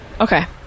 Okay